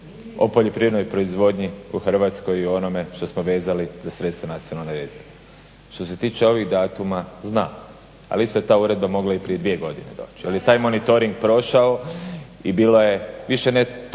o poljoprivrednoj proizvodnji u Hrvatskoj i u onome što smo vezali za sredstva nacionalnih rezervi. Što se tiče ovih datuma, znam, al vi ste to uredno mogli i prije dvije godine doći jer je taj monitoring prošao i bilo je više ne to ni